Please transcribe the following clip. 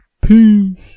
Peace